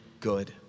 good